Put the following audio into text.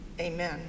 amen